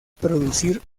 producir